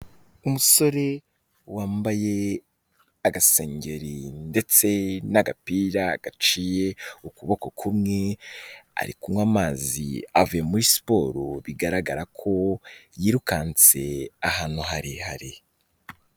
Umusore wambaye agaseri ndetse n'agapira gaciye ukuboko kumwe, ari kunywa amazi avuye muri siporo, bigaragara ko yirukanse ahantu harehare.